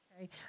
Okay